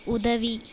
உதவி